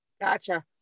Gotcha